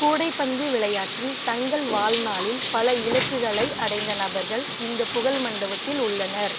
கூடைப்பந்து விளையாட்டில் தங்கள் வாழ்நாளில் பல இலக்குகளை அடைந்த நபர்கள் இந்த புகழ் மண்டபத்தில் உள்ளனர்